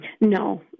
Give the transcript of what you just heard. No